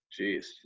Jeez